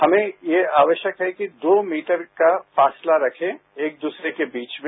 हमें यह आवश्यक है कि दो मीटर का फासला रखें एक दूसरे के बीच में